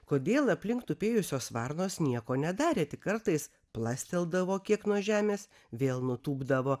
kodėl aplink tupėjusios varnos nieko nedarė tik kartais plasteldavo kiek nuo žemės vėl nutūpdavo